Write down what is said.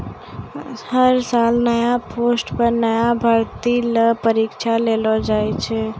हर साल नया पोस्ट पर नया भर्ती ल परीक्षा लेलो जाय छै